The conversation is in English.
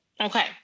Okay